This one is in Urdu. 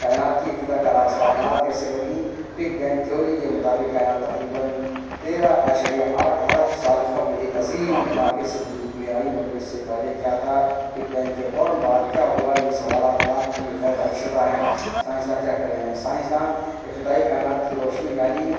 کائنات کی ابتدا کا راز کائنات کیسے بنی بگ بینگ تھیوری کے مطابق کائنات تقریباً تیرہ اشریہ آٹھ عرب سال قبل ایک عظیم دھماکے سے وجود میں آئی مگر اس سے پہلے کیا تھا بگ بینگ کے فوراً بعد کیا ہوا یہ سوالات آج بھی غیر حل شدہ ہیں سائنسداں کیا کر رہے ہیں سائنسداں ابتدائی کائنات کی روشنی یعنی